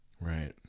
Right